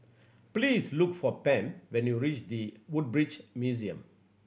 please look for Pam when you reach The Woodbridge Museum